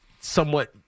somewhat